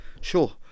sure